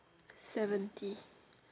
seventy